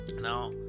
Now